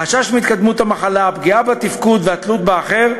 החשש מהתקדמות המחלה, הפגיעה בתפקוד והתלות באחר,